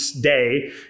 day